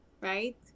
right